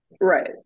right